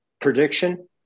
Prediction